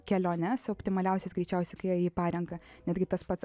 keliones optimaliausias greičiausiai kai jie jį parenka netgi tas pats